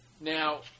Now